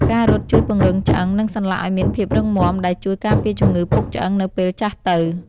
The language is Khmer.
ការរត់ជួយពង្រឹងឆ្អឹង និងសន្លាក់ឱ្យមានភាពរឹងមាំ ដែលជួយការពារជំងឺពុកឆ្អឹងនៅពេលចាស់ទៅ។